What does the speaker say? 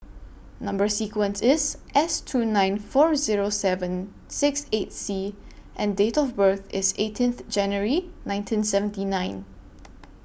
Number sequence IS S two nine four Zero seven six eight C and Date of birth IS eighteenth January nineteen seventy nine